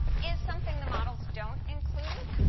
is something the models don't include.